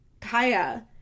Kaya